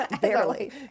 barely